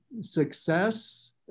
success